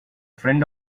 friend